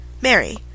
Mary—